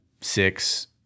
six